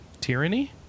Tyranny